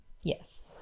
Yes